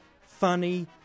funny